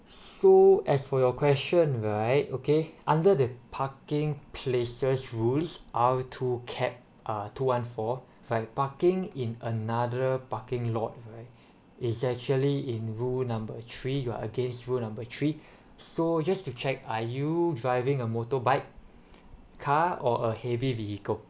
so as for your question right okay under the parking places rule R two cap uh two one four if parking in another parking lot right it's actually in rule number three you are against rule number three so just to check are you driving a motorbike car or a heavy vehicle